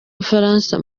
bufaransa